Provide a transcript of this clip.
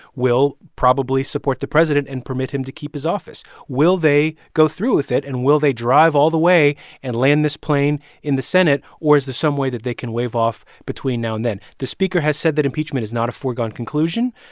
will probably support the president and permit him to keep his office. will they go through with it? and will they drive all the way and land this plane in the senate? or is there some way that they can waive off between now and then? the speaker has said that impeachment is not a foregone conclusion.